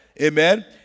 Amen